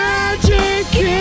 Magic